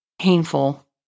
painful